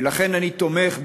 ולכן אני תומך,